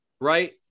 right